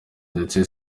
ndetse